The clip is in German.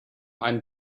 ein